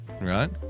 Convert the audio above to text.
right